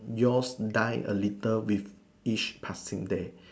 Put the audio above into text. yours die a little with each passing day